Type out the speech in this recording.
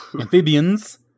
Amphibians